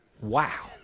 wow